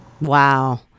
Wow